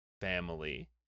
family